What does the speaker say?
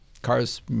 Cars